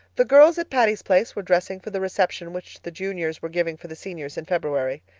the girls at patty's place were dressing for the reception which the juniors were giving for the seniors in february.